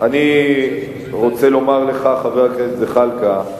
ולכן אני רוצה לומר לך, חבר הכנסת זחאלקה,